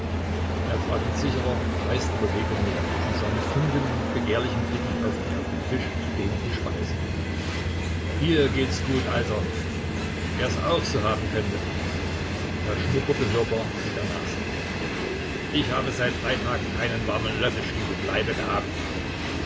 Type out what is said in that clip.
er trat mit sicherer dreister bewegung näher und sah mit funkelnden begehrlichen blicken auf die auf dem tisch stehenden speisen dir geht's gut alter wer's auch so haben könnte er schnupperte hörbar mit der nase ich habe seit drei tagen keinen warmen löffelstiel im leibe gehabt